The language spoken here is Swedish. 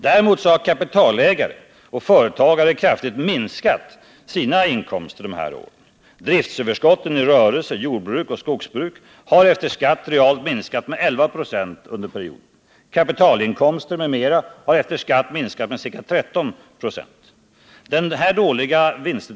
Däremot har kapitalägare och företagare kraftigt minskat sina inkomster de här tre åren. Driftöverskotten i rörelse, jordbruk och skogsbruk har efter skatt realt minskat med 11 96 under perioden. Kapitalinkomster m.m. har efter skatt minskat med ca 13 26.